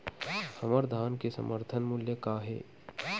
हमर धान के समर्थन मूल्य का हे?